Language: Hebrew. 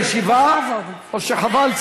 לנהל את הישיבה או שחבל,